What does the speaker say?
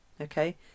Okay